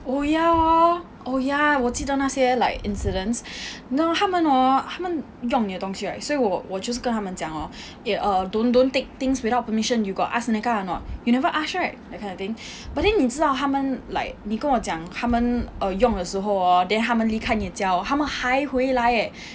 oh ya hor oh ya 我记得那些 like incidents !hannor! 他们 hor 他们用你的东西 right 所以我我就是跟他们讲 lor eh err don't don't take things without permission you got ask senaka a not you never ask right that kind of thing but then 你知道他们 like 你跟我讲他们 err 用的时候 hor then 他们离开你的家 hor 他们还回来 leh